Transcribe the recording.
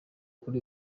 kuri